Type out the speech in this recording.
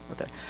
okay